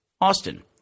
Austin